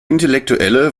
intellektuelle